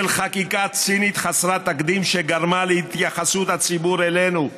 של חקיקה צינית חסרת תקדים שגרמה להתייחסות הציבור אלינו,